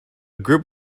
group